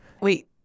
Wait